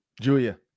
Julia